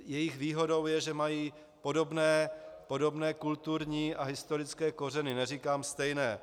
Jejich výhodou je, že mají podobné kulturní a historické kořeny, neříkám stejné.